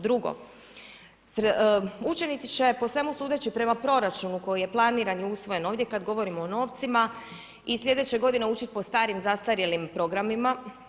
Drugo, učenici će po svemu sudeći prema proračunu koji je planiran i usvojen ovdje kad govorimo o novima i sljedeće godine učit po starim, zastarjelim programima.